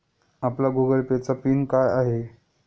आपला Google Pay चा PIN काय आहे?